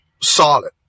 solid